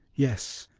yes,